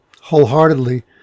wholeheartedly